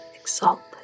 exalted